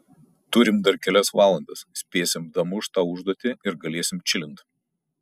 turim dar kelias valandas spėsim damušt tą užduotį ir galėsim čilint